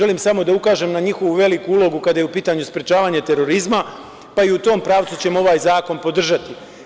Želim samo da ukažem na njihovu veliku ulogu kada je u pitanju sprečavanje terorizma, pa i u tom pravcu ćemo ovaj zakon podržati.